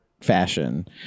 fashion